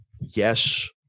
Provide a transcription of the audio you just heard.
Yes